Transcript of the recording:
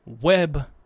Web